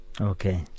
Okay